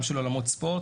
גם אולמות ספורט.